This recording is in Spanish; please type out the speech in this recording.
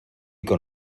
con